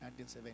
1970